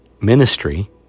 ministry